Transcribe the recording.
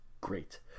great